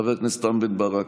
חבר הכנסת רם בן ברק,